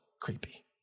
creepy